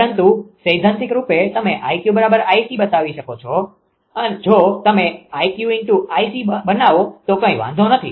પરંતુ સૈદ્ધાંતિક રૂપે તમે 𝐼𝑞 𝐼𝑐 બનાવી શકો છો જો તમે 𝐼𝑞𝐼𝑐 બનાવો તો કોઈ વાંધો નથી